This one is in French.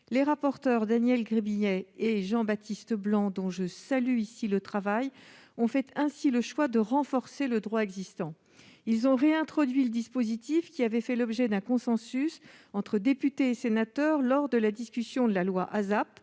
Les rapporteurs Daniel Gremillet et Jean-Baptiste Blanc, dont je salue ici le travail, ont fait le choix de renforcer le droit existant. Ils ont réintroduit le dispositif qui avait fait l'objet d'un consensus entre députés et sénateurs, avec le soutien du Gouvernement,